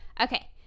Okay